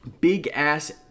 Big-ass